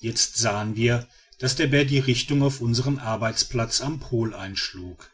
jetzt sahen wir daß der bär die richtung auf unsern arbeitsplatz am pol einschlug